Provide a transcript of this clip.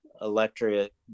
electric